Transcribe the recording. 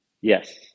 Yes